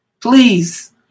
Please